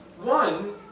One